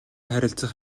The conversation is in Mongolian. харилцах